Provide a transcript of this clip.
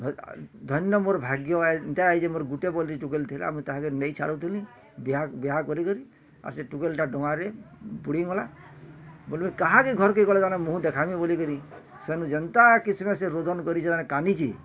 ଧନ୍ୟ ମୋର୍ ଭାଗ୍ୟ ଏନ୍ତା ଏଇଯେ ମୋର୍ ଗୁଟେ ବୋଲି ଟୁକେଲ୍ ଥିଲା ମୁଇଁ ତାହାକେ ନେଇଁ ଛାଡ଼ୁଥିଲି ବିହା ବିହା କରି କରି ଆର୍ ସେ ଟୁକେଲ୍ଟା ଡ଼ଙ୍ଗାରେ ବୁଡ଼ି ମଲା ବୋଲବେ କାହାକେ ଘର୍କେ ଗଲେ ଜଣେ ମୁହଁ ଦେଖାମି ବୋଲିକରି ସେନୁ ଯେନ୍ତା କେ ରୋଦନ କରି ସେ କାନ୍ଦିଛି